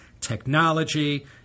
technology